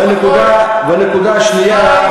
והנקודה השנייה,